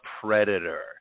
predator